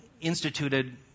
instituted